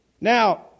Now